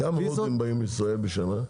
כמה הודים באים לישראל בשנה?